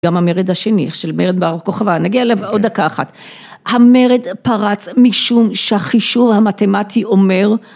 גם המרד השני, של מרד בר כוכבה נגיע לב עוד דקה אחת, המרד פרץ משום שהחישור המתמטי אומר,